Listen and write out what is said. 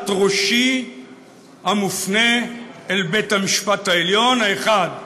תלת-שיניים המופנה אל בית-המשפט העליון: השן האחת,